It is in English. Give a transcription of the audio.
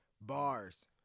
Bars